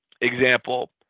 example